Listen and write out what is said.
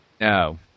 No